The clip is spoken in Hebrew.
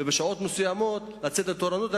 ובשעות מסוימות לצאת לתורנות.